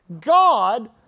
God